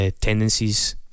tendencies